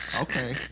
okay